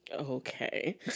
Okay